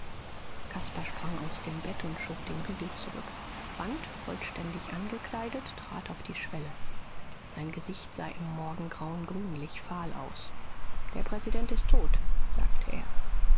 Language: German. caspar sprang aus dem bett und schob den riegel zurück quandt vollständig angekleidet trat auf die schwelle sein gesicht sah im morgengrauen grünlich fahl aus der präsident ist tot sagte er